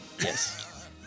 yes